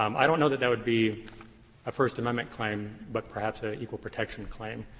um i don't know that that would be a first amendment claim, but perhaps a equal protection claim.